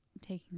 taking